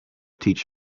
teach